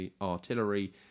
artillery